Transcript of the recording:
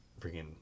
freaking